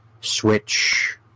switch